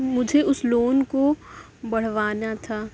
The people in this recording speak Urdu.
مجھے اس لون کو بڑھوانا تھا